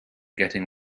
getting